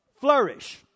flourish